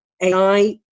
AI